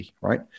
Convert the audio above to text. right